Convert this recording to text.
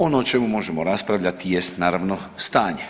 Ono o čemu možemo raspravljati jest naravno stanje.